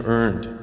earned